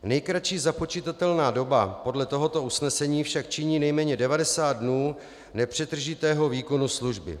Nejkratší započitatelná doba podle tohoto usnesení však činí nejméně 90 dnů nepřetržitého výkonu služby.